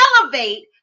elevate